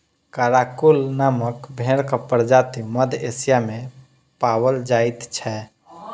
Karakul नामक भेंड़क प्रजाति मध्य एशिया मे पाओल जाइत छै